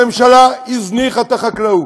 הממשלה הזניחה את החקלאות,